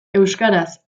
euskaraz